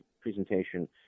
presentation